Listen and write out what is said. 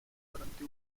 durante